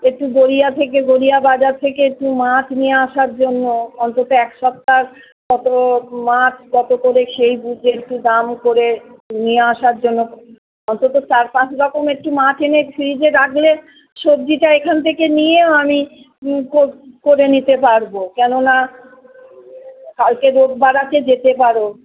একটু গড়িয়া থেকে গড়িয়া বাজার থেকে একটু মাছ নিয়ে আসার জন্য অন্তত এক সপ্তাহর মতো মাছ যাতে করে সেই বুঝে একটু দাম করে নিয়ে আসার জন্য অন্তত চার পাঁচ রকম একটু মাছ এনে ফ্রিজে রাখলে সবজিটা এখান থেকে নিয়েও আমি কর করে নিতে পারব কেননা কালকে রোববার আছে যেতে পারো